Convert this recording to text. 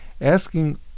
Asking